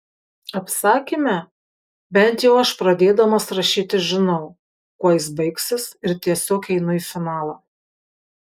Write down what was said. apsakyme bent jau aš pradėdamas rašyti žinau kuo jis baigsis ir tiesiog einu į finalą